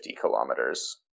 kilometers